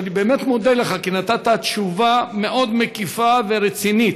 ואני באמת מודה לך כי נתת תשובה מאוד מקיפה ורצינית.